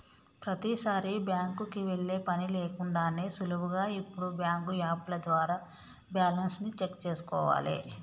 ప్రతీసారీ బ్యాంకుకి వెళ్ళే పని లేకుండానే సులువుగా ఇప్పుడు బ్యాంకు యాపుల ద్వారా బ్యాలెన్స్ ని చెక్ చేసుకోవాలే